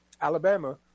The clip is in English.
Alabama